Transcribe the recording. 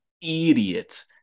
idiot